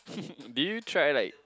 did you try like